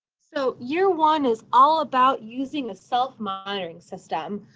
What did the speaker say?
so year one is all about using the self-monitoring system.